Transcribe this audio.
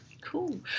Cool